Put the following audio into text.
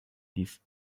this